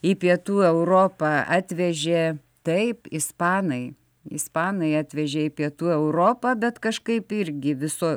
į pietų europą atvežė taip ispanai ispanai atvežė į pietų europą bet kažkaip irgi viso